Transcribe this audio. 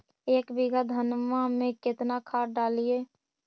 एक बीघा धन्मा में केतना खाद डालिए?